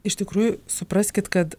iš tikrųjų supraskit kad